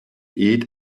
eat